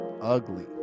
ugly